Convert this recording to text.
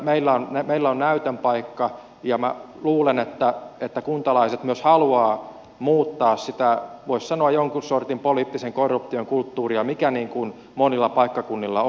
meillä on näytön paikka ja minä luulen että kuntalaiset myös haluavat muuttaa sitä voisi sanoa jonkun sortin poliittisen korruption kulttuuria mikä monilla paikkakunnilla on vallinnut